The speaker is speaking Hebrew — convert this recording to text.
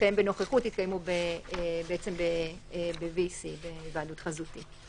לקיים בנוכחות יתקיימו ב-VC, בהיוועדות חזותית.